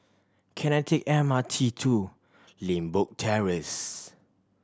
can I take M R T to Limbok Terrace